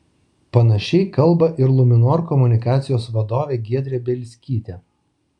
panašiai kalba ir luminor komunikacijos vadovė giedrė bielskytė